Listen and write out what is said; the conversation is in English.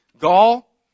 Gaul